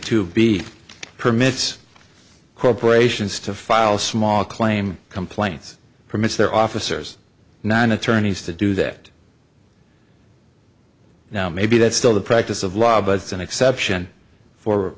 two b permits corporations to file small claim complaints permits their officers nine attorneys to do that now maybe that's still the practice of law but it's an exception for